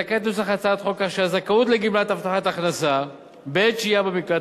לתקן את נוסח הצעת החוק כך שהזכאות לגמלת הבטחת הכנסה בעת שהייה במקלט